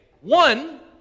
One